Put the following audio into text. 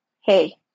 hey